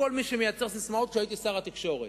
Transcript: מכל מי שמייצר ססמאות כשהייתי שר התקשורת,